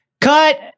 Cut